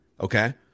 Okay